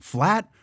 Flat